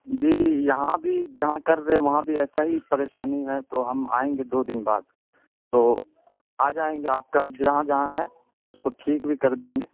جی یہاں بھی جہاں کر رہے وہاں بھی ایسا ہی پریشانی ہے تو ہم آئیں گے دو دن بعد تو آ جائیں گے آپ کا جہاں جہاں ہے اس کو ٹھیک بھی کر دیں گے